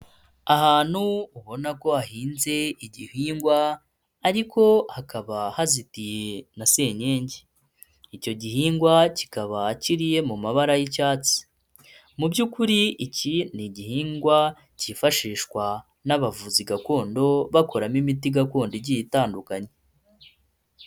Ahantu ubona ko hahinze igihingwa ariko hakaba hazitiye na senyenge. Icyo gihingwa kikaba kiriye mu mabara y'icyatsi. Mu by'ukuri iki ni igihingwa cyifashishwa n'abavuzi gakondo bakoramo imiti gakondo igiye itandukanye.